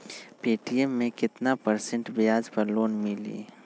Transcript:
Paytm मे केतना percent ब्याज पर लोन मिली?